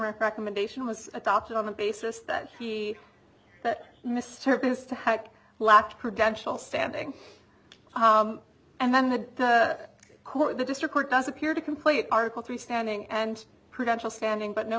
recommendation was adopted on the basis that he missed service to hack locked credential standing and then had the district court does appear to complete article three standing and prudential standing but no